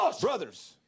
brothers